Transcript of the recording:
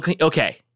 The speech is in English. okay